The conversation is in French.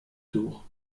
tour